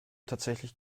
tatsächlich